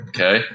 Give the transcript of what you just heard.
Okay